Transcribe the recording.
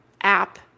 app